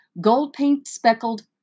gold-paint-speckled